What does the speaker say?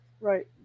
Right